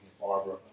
Barbara